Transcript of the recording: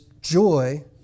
joy